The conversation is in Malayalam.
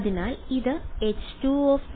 അതിനാൽ ഇത് H2